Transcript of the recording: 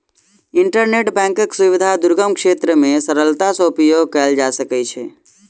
internet बैंकक सुविधा दुर्गम क्षेत्र मे सरलता सॅ उपयोग कयल जा सकै छै